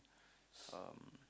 um